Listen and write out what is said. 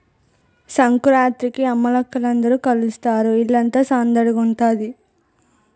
సంకురాత్రికి అమ్మలక్కల అందరూ కలుస్తారు ఇల్లంతా సందడిగుంతాది